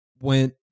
went